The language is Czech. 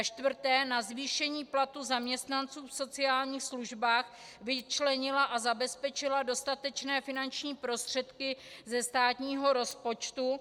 4. na zvýšení platů zaměstnanců v sociálních službách vyčlenila a zabezpečila dostatečné finanční prostředky ze státního rozpočtu;